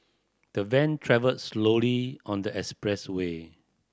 the van travelled slowly on the expressway